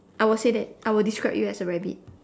I will say that I will describe you as a rabbit